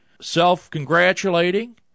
self-congratulating